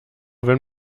wenn